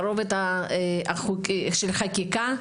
ברובד של חקיקה,